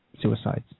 suicides